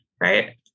right